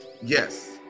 yes